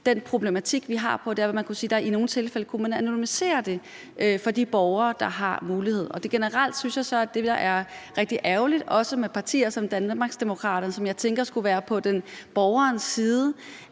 den problematik, vi har, nemlig ved at sige, at man i nogle tilfælde kunne anonymisere det for de borgere, der har mulighed. Generelt synes jeg så, det er rigtig ærgerligt, også med partier som Danmarksdemokraterne, som jeg tænker skulle være på borgerens side,